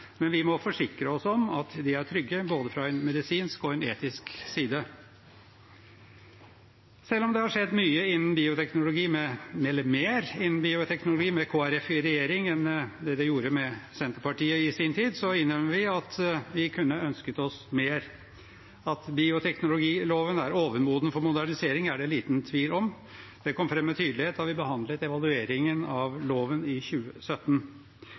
men vi må forsikre oss om at de er trygge både fra en medisinsk og en etisk side. Selv om det har skjedd mer innen bioteknologi med Kristelig Folkeparti i regjering enn det det gjorde med Senterpartiet i sin tid, innrømmer vi at vi kunne ønsket oss mer. At bioteknologiloven er overmoden for modernisering, er det liten tvil om. Det kom fram med tydelighet da vi behandlet evalueringen av loven i 2017.